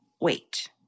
wait